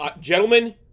Gentlemen